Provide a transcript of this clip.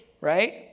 right